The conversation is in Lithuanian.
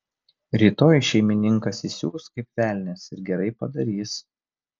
rytoj šeimininkas įsius kaip velnias ir gerai padarys